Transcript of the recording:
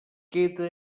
queda